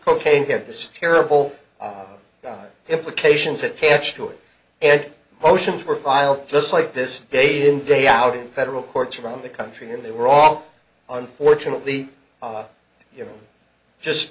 cocaine had this terrible implications attached to it and motions were filed just like this day in day out in federal courts around the country and they were all unfortunately you know just